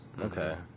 Okay